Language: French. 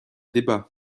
débats